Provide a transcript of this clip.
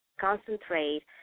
concentrate